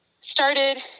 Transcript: started